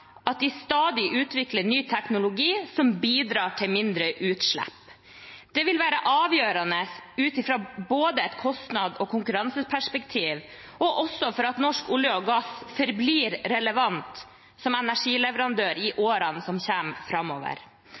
at de stadig må utvikle ny teknologi som bidrar til mindre utslipp. Det vil være avgjørende både ut fra et kostnads- og konkurranseperspektiv, og for at norsk olje og gass forblir relevant som energileverandør i årene som